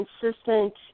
consistent